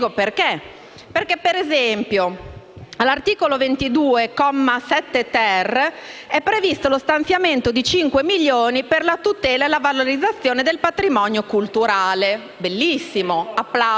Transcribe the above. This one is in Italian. perché: ad esempio, all'articolo 22, comma 7-*ter*, è previsto lo stanziamento di cinque milioni per la tutela e la valorizzazione del patrimonio culturale: bellissimo, applausi.